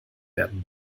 werden